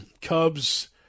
Cubs